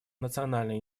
национальные